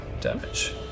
damage